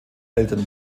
eltern